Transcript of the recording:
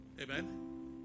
Amen